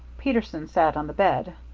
peterson sat on the bed.